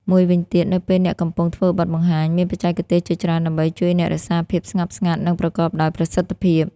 មួយវិញទៀត នៅពេលអ្នកកំពុងធ្វើបទបង្ហាញ មានបច្ចេកទេសជាច្រើនដើម្បីជួយអ្នករក្សាភាពស្ងប់ស្ងាត់ និងប្រកបដោយប្រសិទ្ធភាព។